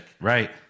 right